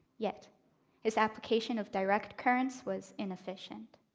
yet his application of direct currents was inefficient.